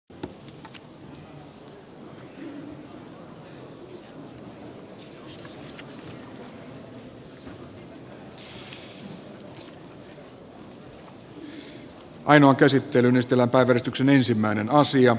nyt annetaan vastaus juha rehulan ynnä muuta